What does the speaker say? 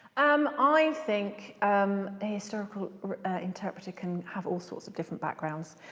um, i think a historical interpreter can have all sorts of different backgrounds.